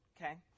okay